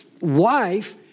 wife